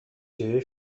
dzieje